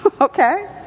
okay